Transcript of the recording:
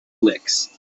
licks